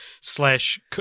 slash